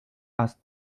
has